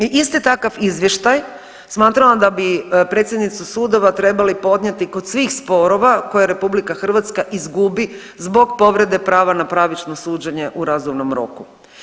I isti takav izvještaj smatramo da bi predsjednici sudova trebali podnijeti kod svih sporova koje Republika Hrvatska izgubi zbog povrede prava na pravično suđenje u razumnom roku.